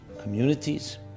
communities